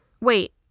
Wait